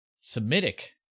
Semitic